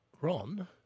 Ron